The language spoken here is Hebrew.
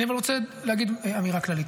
אבל אני רוצה להגיד אמירה כללית.